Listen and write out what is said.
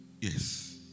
Yes